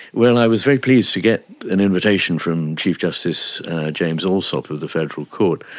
well, i was very pleased to get an invitation from chief justice james allsop of the federal court,